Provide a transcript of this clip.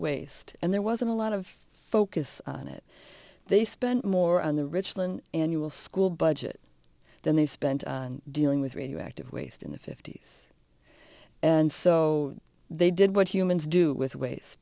waste and there wasn't a lot of focus on it they spent more on the richland annual school budget than they spent on dealing with radioactive waste in the fifty's and so they did what humans do with ways